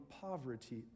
poverty